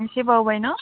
एसे बावबाय न